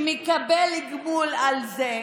של מקבל התגמול על זה?